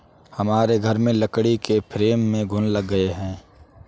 हमारे घर में लकड़ी के फ्रेम में घुन लग गए हैं